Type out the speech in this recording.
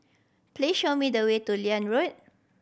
please show me the way to Liane Road